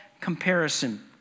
comparison